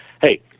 hey